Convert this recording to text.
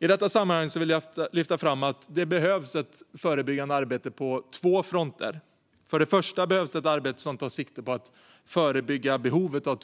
I detta sammanhang vill jag lyfta fram att det behövs ett förebyggande arbete på två fronter. För det första behövs det ett arbete som tar sikte på att förebygga behovet av